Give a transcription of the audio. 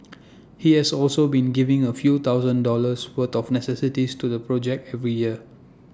he has also been giving A few thousand dollars worth of necessities to the project every year